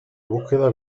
búsqueda